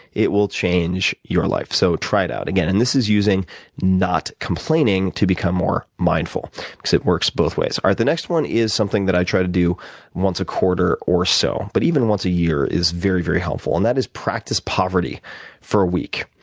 it will change your life. so try it out. and again, and this is using not complaining to become more mindful because it works both ways. the next one is something that i try to do once a quarter or so, but even once a year is very, very helpful. and that is practice poverty for a week.